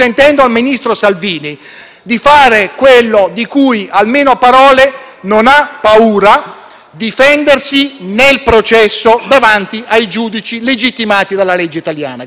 difendersi nel processo, davanti ai giudici legittimati dalla legge italiana.